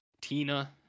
Tina